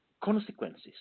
consequences